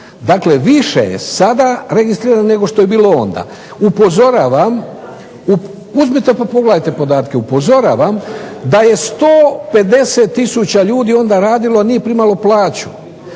dakle više je sada registrirano nego što je bilo onda. Upozoravam, uzmite pa pogledajte podatke, upozoravam da je 150 tisuća ljudi onda radilo, nije primalo plaću